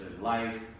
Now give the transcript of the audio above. life